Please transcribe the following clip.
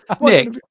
Nick